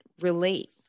relate